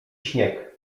śnieg